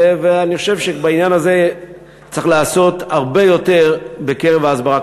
בעניין הזה צריך לעשות הרבה בהסברה,